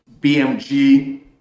BMG